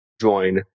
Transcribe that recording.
join